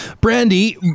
Brandy